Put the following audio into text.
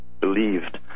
believed